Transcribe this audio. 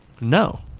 No